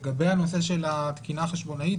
לגבי הנושא של התקינה החשבונאית,